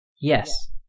Yes